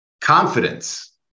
confidence